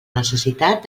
necessitat